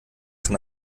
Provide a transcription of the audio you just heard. von